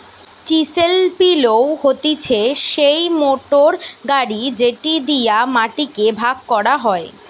chisel পিলও হতিছে সেই মোটর গাড়ি যেটি দিয়া মাটি কে ভাগ করা হয়